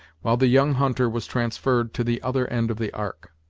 while the young hunter was transferred to the other end of the ark.